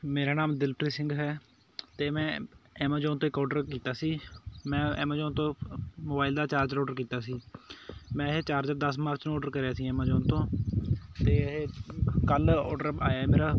ਮੇਰਾ ਨਾਮ ਦਿਲਪ੍ਰੀਤ ਸਿੰਘ ਹੈ ਅਤੇ ਮੈਂ ਐਮਾਜ਼ੋਨ 'ਤੇ ਇੱਕ ਔਡਰ ਕੀਤਾ ਸੀ ਮੈਂ ਐਮਜੋਨ ਤੋਂ ਮੋਬਾਈਲ ਦਾ ਚਾਰਜਰ ਔਡਰ ਕੀਤਾ ਸੀ ਮੈਂ ਇਹ ਚਾਰਜਰ ਦਸ ਮਾਰਚ ਨੂੰ ਔਡਰ ਕਰਿਆ ਸੀ ਐਮਜੋਨ ਤੋਂ ਅਤੇ ਇਹ ਕੱਲ੍ਹ ਔਡਰ ਆਇਆ ਮੇਰਾ